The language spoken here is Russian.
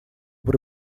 при